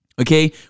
Okay